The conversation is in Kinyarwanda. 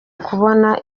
kubona